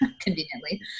conveniently